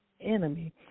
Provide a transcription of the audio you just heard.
Enemy